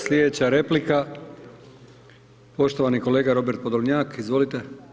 Slijedeća replika poštovani kolega Robert Podolnjak, izvolite.